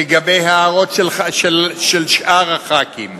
לגבי ההערות של שאר חברי הכנסת,